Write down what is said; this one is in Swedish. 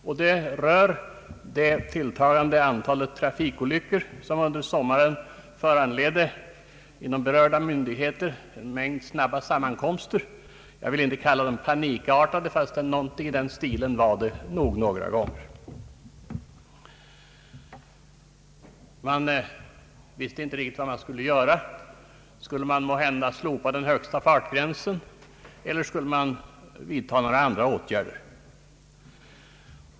Den gäller det tilltagande antalet trafikolyckor, som under sommaren inom berörda myndigheter föranledde en del snabba sammankomster. Jag vill inte kalla dem panikartade, fast det nog var något i den stilen några gånger. Man visste inte riktigt vad man skulle göra. Skulle man måhända slopa den högsta fartgränsen, eller skulle man vidta några andra åtgärder?